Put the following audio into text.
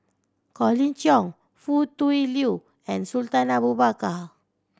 Colin Cheong Foo Tui Liew and Sultan Abu Bakar